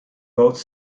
both